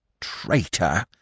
Traitor